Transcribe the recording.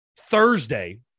Thursday